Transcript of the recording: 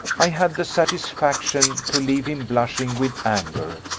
i had the satisfaction to leave him blushing with anger,